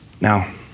Now